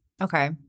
Okay